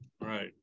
right